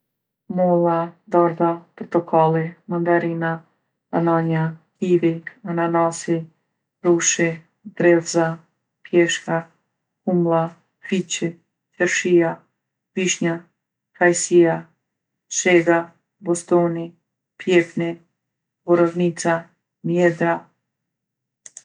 Molla, dardha, portokalli, mandarina, bananja, kivi, ananasi, rrushi, dredhza, pjeshka, kumlla, fiqi, qershija, vishnja, kajsija, shega, bostoni, pjepni, borovnica, mjedra.